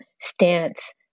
stance